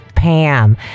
Pam